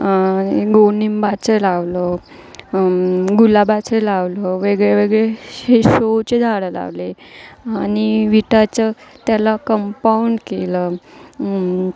आणि कडूनिंबाचं लावलं गुलाबाचं लावलं वेगळेवेगळे शे शोचे झाडं लावले आणि विटाचं त्याला कंपाऊंड केलं